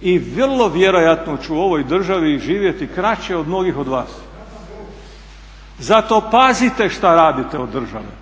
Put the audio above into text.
i vrlo vjerojatno ću u ovoj državi živjeti kraće od mnogih od vas. Zato pazite šta radite od države,